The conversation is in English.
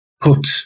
put